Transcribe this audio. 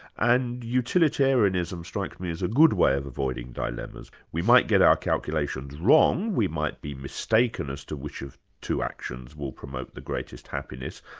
and utilitarianism strikes me as a good way of avoiding dilemmas. we might get our calculations wrong, we might be mistaken as to which of two actions will promote the greatest happiness,